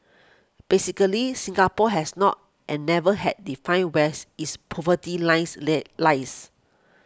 basically Singapore has not and never had defined where's its poverty lines lay lies